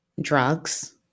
drugs